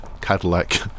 Cadillac